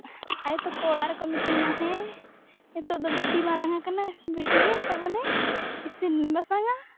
ᱟᱭᱳᱛᱮᱠᱚ ᱚᱲᱟᱜ ᱨᱮᱠᱚ ᱢᱮᱛᱟᱹᱧᱟ ᱦᱮᱸ ᱱᱤᱛᱚᱜᱫᱚ ᱵᱤᱴᱤᱭ ᱢᱟᱨᱟᱝ ᱟᱠᱟᱱᱟ ᱵᱤᱴᱤᱜᱮ ᱛᱟᱵᱚᱱᱮ ᱤᱥᱤᱱᱼᱵᱟᱥᱟᱝᱟ